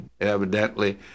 Evidently